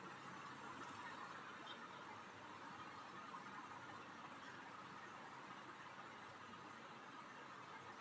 NRLM योजना ग्रामीण गरीबों के लिए कुशल और प्रभावी आय दिलाने वाला मंच उपलब्ध कराता है